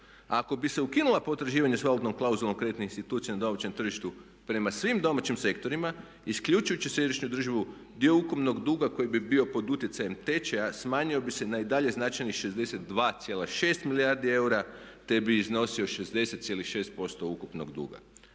ako bi se ukinula potraživanja sa valutnom klauzulom kreditnih institucija na domaćem tržištu prema svim domaćim sektorima isključujući središnju državu dio ukupnog duga koji bi bio pod utjecajem tečaja smanjio bi se na i dalje značajnih 62,6 milijardi eura, te bi iznosio 60,6% ukupnog duga.